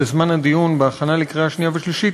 בזמן הדיון בהכנה לקריאה שנייה ושלישית,